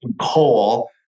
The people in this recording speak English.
coal